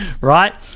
right